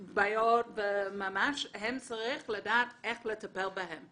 בעיות, הם צריכים לדעת איך לטפל בהם.